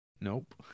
nope